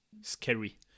scary